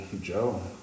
Joe